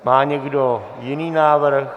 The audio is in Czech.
Má někdo jiný návrh?